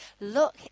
look